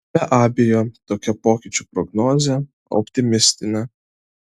be abejo tokia pokyčių prognozė optimistinė